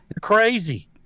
crazy